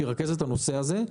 שירכז את הנושא הזה,